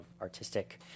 artistic